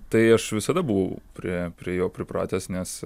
tai aš visada buvau prie prie jo pripratęs nes